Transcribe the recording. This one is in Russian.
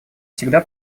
всегда